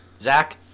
Zach